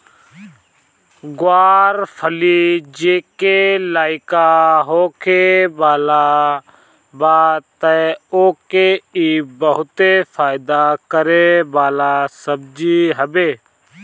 ग्वार फली जेके लईका होखे वाला बा तअ ओके इ बहुते फायदा करे वाला सब्जी हवे